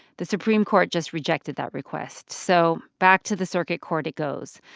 the supreme court just rejected that request. so back to the circuit court it goes.